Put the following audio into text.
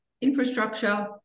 infrastructure